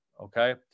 okay